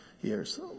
years